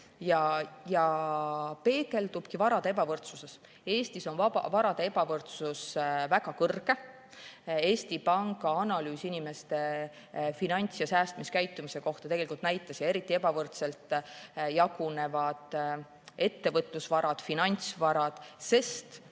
ja peegeldubki varade ebavõrdsuses. Eestis on varade ebavõrdsus väga kõrge. Eesti Panga analüüs inimeste finants‑ ja säästmiskäitumise kohta näitas, et eriti ebavõrdselt jagunevad ettevõtlusvarad, finantsvarad, sest